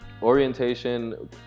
Orientation